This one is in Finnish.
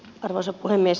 arvoisa puhemies